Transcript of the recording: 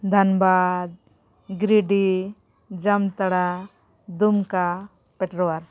Dhanbad Giridih Jamtara Dumka Petarwar